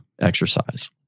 exercise